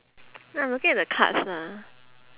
no I'm looking at the cards lah